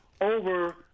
over